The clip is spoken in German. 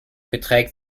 beträgt